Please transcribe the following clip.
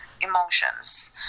emotions